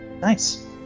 Nice